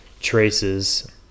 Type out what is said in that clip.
traces